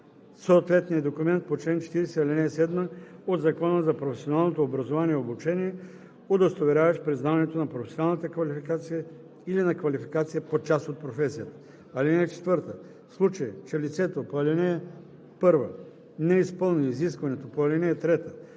съответния документ по чл. 40, ал. 7 от Закона за професионалното образование и обучение, удостоверяващ признаването на професионална квалификация или на квалификация по част от професията. (4) В случай че лицето по ал. 1 не изпълни изискването по ал. 3,